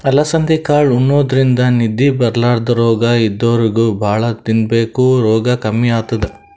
ಅಲಸಂದಿ ಕಾಳ್ ಉಣಾದ್ರಿನ್ದ ನಿದ್ದಿ ಬರ್ಲಾದ್ ರೋಗ್ ಇದ್ದೋರಿಗ್ ಭಾಳ್ ತಿನ್ಬೇಕ್ ರೋಗ್ ಕಮ್ಮಿ ಆತದ್